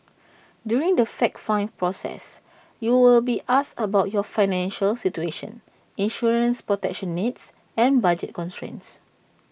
during the fact find process you will be asked about your financial situation insurance protection needs and budget constraints